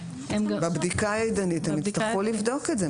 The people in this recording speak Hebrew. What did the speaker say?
בבדיקה הידנית יצטרכו לבדוק את זה.